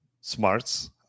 smarts